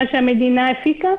מה שהמדינה הפיקה,